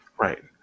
right